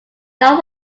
not